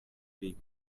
dei